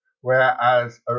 whereas